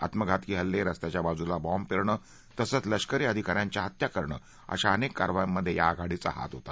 आत्मघातकी हल्ले रस्त्यांच्या बाजूला बाँब पेरणं तसंच लष्करी अधिका यांच्या हत्या करणं अशा अनेक कारवायांमध्ये या आघारींचा हात होता